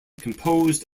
composed